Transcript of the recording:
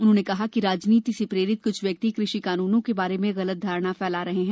उन्होंने कहा कि राजनीति से प्रेरित कुछ व्यक्ति कृषि कानूनों के बारे में गलत धारणा फैला रहे हैं